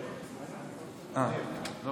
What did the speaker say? אני